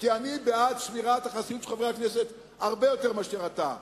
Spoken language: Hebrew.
כי אני בעד שמירת החסינות של חברי הכנסת הרבה יותר מאשר אתה.